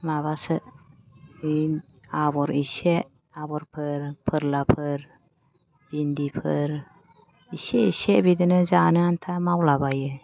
माबासो बे आबर एसे आबरफोर फोरलाफोर बिन्दिफोर बिदिनो एसे एसे बिदिनो जानो आनथा मावला बायो